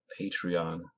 Patreon